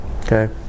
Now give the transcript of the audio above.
Okay